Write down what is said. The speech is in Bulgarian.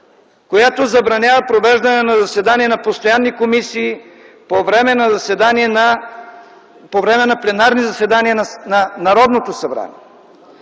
която забранява провеждане на заседания на постоянни комисии по време на пленарни заседания на Народното събрание.